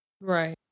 Right